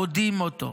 פודים אותו".